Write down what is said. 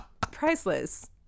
priceless